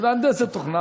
היא מהנדסת תוכנה,